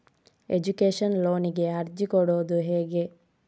Education ಲೋನಿಗೆ ಅರ್ಜಿ ಕೊಡೂದು ಹೇಗೆ?